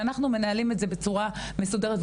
שאנחנו מנהלים את זה בצורה מסודרת.